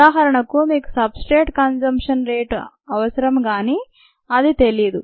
ఉదాహరణకు మీకు substrate consume rate అవసరం కానీ అది తెలీదు